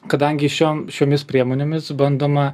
kadangi šiom šiomis priemonėmis bandoma